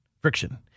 Friction